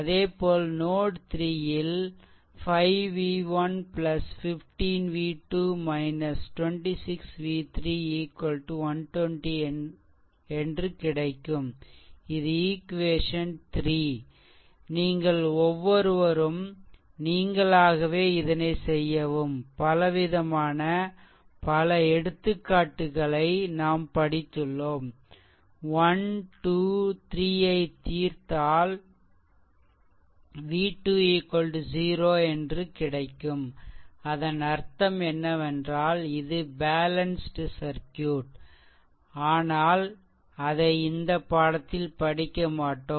அதேபோல் நோட் 3 ல் 5 v1 15 v2 26v3 120 என்று கிடைக்கும் இது ஈக்வேசன் 3 நீங்கள் ஒவ்வொருவரும் நீங்களாகவே இதனை செய்யவும் பலவிதமான பல எடுத்துக்காட்டுகளை நாம் படித்துள்ளோம் 123 ஐ தீர்த்தால் v2 0 என்று கிடைக்கும் இதன் அர்த்தம் என்னவென்றால் இது பேலன்ஸ்டு சர்க்யூட் ஆனால் அதை இந்த பாடத்தில் படிக்கமாட்டோம்